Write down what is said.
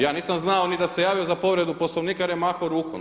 Ja nisam znao ni da se javio za povredu Poslovnika jer je mahao rukom.